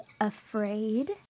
afraid